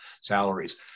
salaries